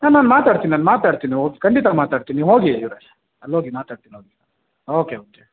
ಹಾಂ ನಾನು ಮಾತಾಡ್ತೀನಿ ನಾನು ಮಾತಾಡ್ತೀನಿ ಓ ಖಂಡಿತ ಮಾತಾಡ್ತೀನಿ ನೀವು ಹೋಗಿ ಇವರೆ ಅಲ್ಲೋಗಿ ಮಾತಾಡ್ತೀನಿ ಅವ್ರತ್ರ ಓಕೆ ಓಕೆ